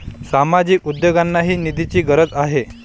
सामाजिक उद्योगांनाही निधीची गरज आहे